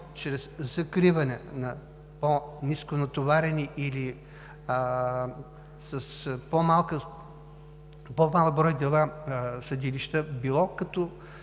чрез закриване на по-ниско натоварени или с по-малък брой дела съдилища, било като